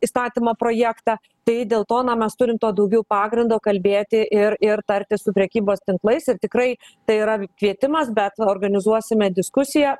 įstatymo projektą tai dėl to na mes turim to daugiau pagrindo kalbėti ir ir tartis su prekybos tinklais ir tikrai tai yra ir kvietimas bet organizuosime diskusiją